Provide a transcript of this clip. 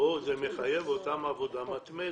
פה זה מחייב אותם לעבודה מתמדת.